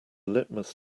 litmus